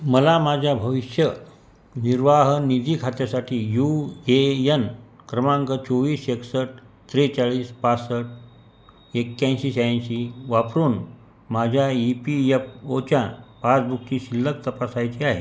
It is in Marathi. मला माझ्या भविष्यनिर्वाह निजी खात्यासाठी यू ए यन क्रमांक चोवीस एकसष्ट त्रेचाळीस पासष्ट एक्याऐंशी शहाऐंशी वापरून माझ्या ई पी एफ ओच्या पासबुकची शिल्लक तपासायची आहे